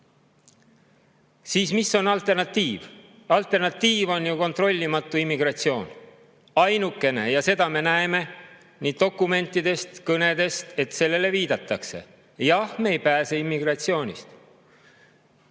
siis mis on alternatiiv? Alternatiiv on kontrollimatu immigratsioon. Ainukene! Ja seda me näeme dokumentidest ja kõnedest, et sellele viidatakse. Jah, me ei pääse immigratsioonist.